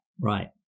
Right